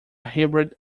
hybrid